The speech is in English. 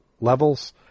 levels